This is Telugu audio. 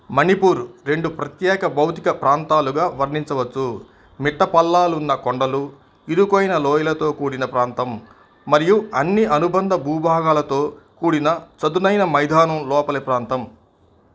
మణిపూర్ రెండు ప్రత్యేక భౌతిక ప్రాంతాలుగా వర్ణించవచ్చు మిట్టపల్లాలున్న కొండలు ఇరుకైన లోయలతో కూడిన ప్రాంతం మరియు అన్ని అనుబంధ భూభాగాలతో కూడిన చదునైన మైదానం లోపలి ప్రాంతం